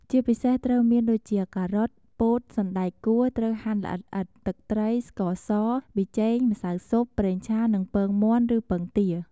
ជាពិសេស ត្រូវមានដូចជា ការ៉ុត ពោត សណ្តែកគួរត្រូវហាន់ល្អិតៗ ទឹកត្រី ស្ករស ប៊ីចេង ម្សៅស៊ុប ប្រេងឆា និង ពងមាន់ឬពងទា។